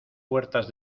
puertas